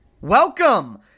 Welcome